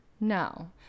No